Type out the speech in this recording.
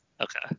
okay